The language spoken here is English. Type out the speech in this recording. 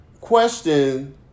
question